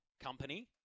company